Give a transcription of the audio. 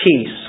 peace